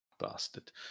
Bastard